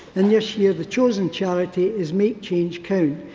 and this year the chosen charity is make change count.